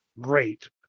great